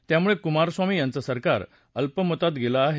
त्यामुळे कुमारस्वामी यांचं सरकार अल्पमतात गेलं आहे